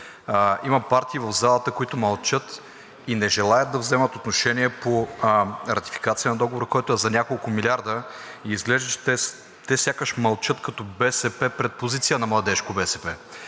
Има партии в залата, които мълчат и не желаят да вземат отношение по ратификацията на договора, който е за няколко милиарда. Изглежда, че те сякаш мълчат като БСП пред позиция на младежкото БСП.